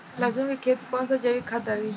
लहसुन के खेत कौन सा जैविक खाद डाली?